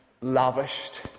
lavished